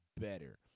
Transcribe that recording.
better